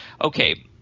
okay